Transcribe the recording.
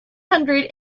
hundred